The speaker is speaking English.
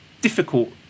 difficult